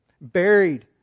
buried